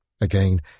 Again